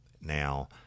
Now